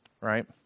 right